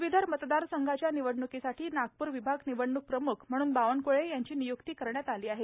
पदवीधर मतदार संघाच्या निवडण्कीसाठी नागपूर विभाग निवडणूक प्रम्ख म्हणून बावनक्ळे यांची निय्क्ती करण्यात आली आहे